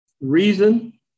reason